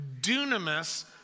dunamis